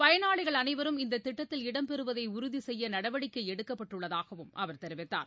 பயனாளிகள் அனைவரும் இந்த திட்டத்தில் இடம்பெறுவதை உறுதி செய்ய நடவடிக்கை எடுக்கப்பட்டுள்ளதாகவும் அவர் தெரிவித்தார்